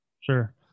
Sure